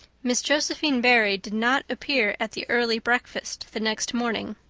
miss josephine barry did not appear at the early breakfast the next morning.